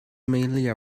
mainly